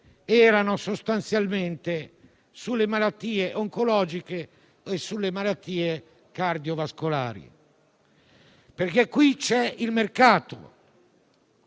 erano sostanzialmente sulle malattie oncologiche e su quelle cardiovascolari, perché qui c'è il mercato.